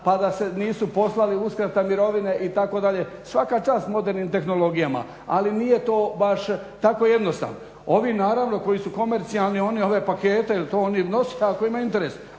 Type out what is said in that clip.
pa da se nisu poslali uskrata mirovine itd. Svaka čast modernim tehnologijama, ali nije to baš tako jednostavno. Ovi naravno koji su komercijalni oni ove pakete, to oni nose ako imaju interes.